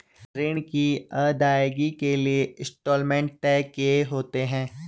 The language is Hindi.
ऋण की अदायगी के लिए इंस्टॉलमेंट तय किए होते हैं